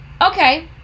okay